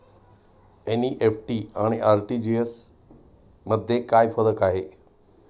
NEFT आणि RTGS मध्ये काय फरक आहे?